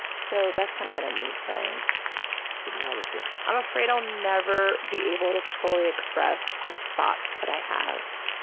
so that's kind of been a neat thing. give me another fear. i'm afraid i'll never be able to fully express the thoughts that i have.